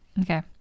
Okay